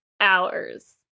hours